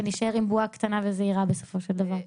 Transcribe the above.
ולהישאר עם בועה קטנה וזעירה בסופו של דבר.